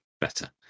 better